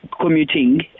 commuting